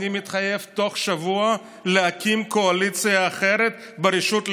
אני מתחייב בתוך שבוע להקים קואליציה אחרת בראשות הליכוד.